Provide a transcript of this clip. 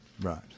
Right